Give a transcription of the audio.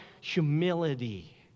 humility